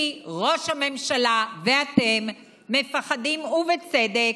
כי ראש הממשלה ואתם מפחדים, בצדק,